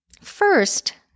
First